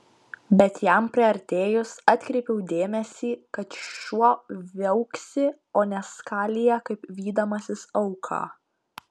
bet jam priartėjus atkreipiau dėmesį kad šuo viauksi o ne skalija kaip vydamasis auką